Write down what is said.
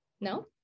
No